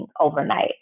overnight